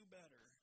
better